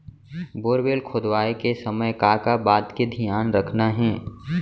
Borewell खोदवाए के समय का का बात के धियान रखना हे?